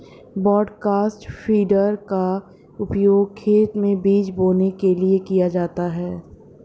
broadcast feeder का उपयोग खेत में बीज बोने के लिए किया जाता है